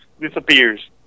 disappears